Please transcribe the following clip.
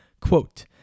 Quote